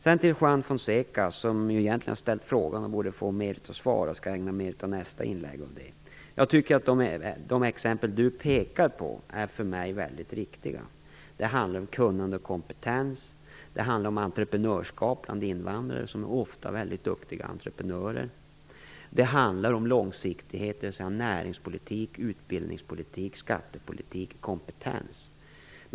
Sedan över till Juan Fonseca, som ju egentligen har framställt denna interpellation och som borde få mer av svaret - jag skall ägna mer av mitt nästa inlägg åt det. De exempel som Juan Fonseca pekar på är för mig väldigt riktiga. Det handlar om kunnande och kompetens. Det handlar om entreprenörskap bland invandrare - som ju ofta är väldigt duktiga entreprenörer. Det handlar om långsiktighet - om näringspolitik, utbildningspolitik, skattepolitik och kompetens.